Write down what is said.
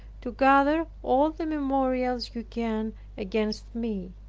to gather all the memorials you can against me